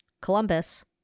Columbus